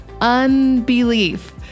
unbelief